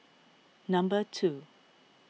number two